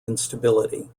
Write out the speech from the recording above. instability